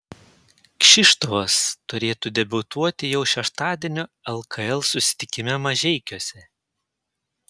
kšištofas turėtų debiutuoti jau šeštadienio lkl susitikime mažeikiuose